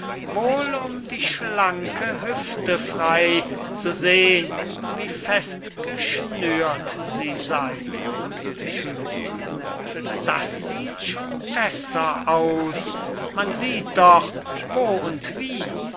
wohl um die schlanke hüfte frey zu seh'n wie fest geschnürt sie sey schüler das sieht schon besser aus man sieht doch wo und wie